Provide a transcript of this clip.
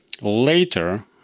later